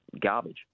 garbage